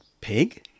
Pig